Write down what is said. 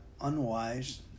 unwise